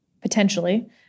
potentially